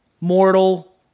mortal